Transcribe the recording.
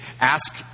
Ask